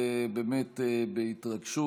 באמת בהתרגשות,